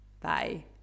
Bye